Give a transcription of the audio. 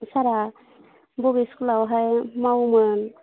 सारआ बबे स्कुलावहाय मावोमोन